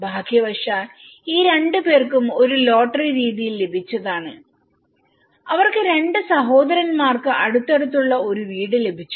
ഭാഗ്യവശാൽ ഈ രണ്ടുപേർക്കും ഒരു ലോട്ടറി രീതിയിൽ ലഭിച്ചതാണ് അവർക്ക്രണ്ട് സഹോദരന്മാർക്ക് അടുത്തടുത്തുള്ള ഒരു വീട് ലഭിച്ചു